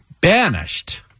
banished